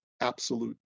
absolute